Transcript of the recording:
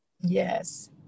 yes